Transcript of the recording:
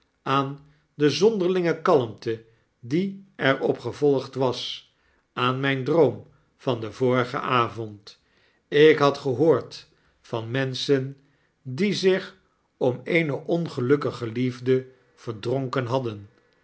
aan de zonderlinge kalmte die er op gevolgd was aan mijn droom van den vorigen avond ik had gehoord van menschen die zich om eene ongelukkige liefde verdronken hadjuffrouw